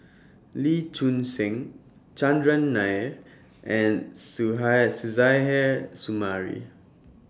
Lee Choon Seng Chandran Nair and Suzairhe Sumari